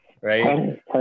right